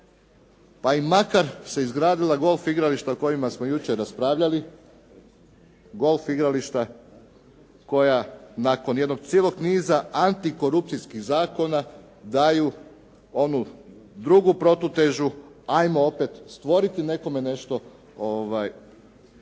pa i makar se izgradila golf igrališta o kojima smo jučer raspravljali. Golf igrališta koja nakon jednog cijelog niza antikorupcijskih zakona daju onu drugu protutežu, 'ajmo opet stvoriti nekome nešto